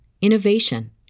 innovation